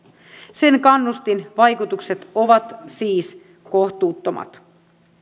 sen kannustinvaikutukset ovat siis kohtuuttomat